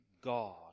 God